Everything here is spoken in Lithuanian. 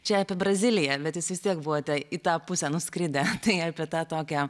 čia apie braziliją bet vis tiek buvote į tą pusę nuskridę tai apie tą tokią